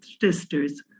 sisters